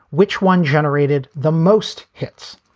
which one generated the most hits?